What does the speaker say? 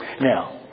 Now